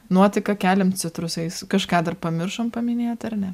nuotaiką keliam citrusais kažką dar pamiršom paminėt ar ne